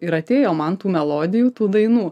ir atėjo man tų melodijų tų dainų